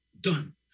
done